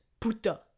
Puta